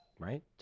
Right